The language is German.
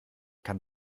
kann